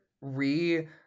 re